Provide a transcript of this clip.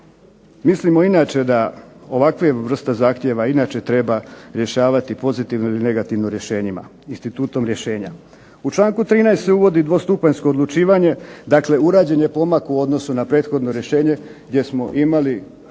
Mislimo inače da ovakve vrste zahtjeva inače treba rješavati pozitivno ili negativno rješenjima, institutom rješenja. U članku 13. se uvodi dvostupanjsko odlučivanje, dakle urađen je pomak u odnosu na prethodno rješenje gdje smo imali